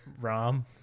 Rom